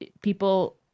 people